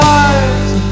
eyes